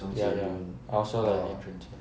ya ya I also like 林俊杰